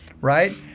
right